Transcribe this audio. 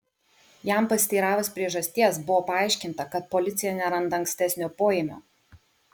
jam pasiteiravus priežasties buvo paaiškinta kad policija neranda ankstesnio poėmio